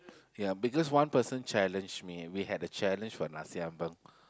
ya because one person challenge me we had a challenge for nasi-ambeng